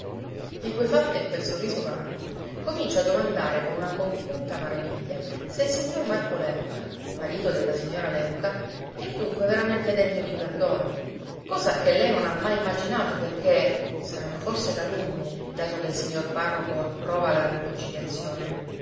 vita liquefatta in quel sorriso vano comincia a domandare con una compunta maraviglia se il signor marco léuca marito della signora léuca è dunque veramente degno di perdono cosa che lei non ha mai immaginato perché saranno forse calunnie dato che il signor parroco approva la riconciliazione